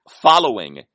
following